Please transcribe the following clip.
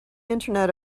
internet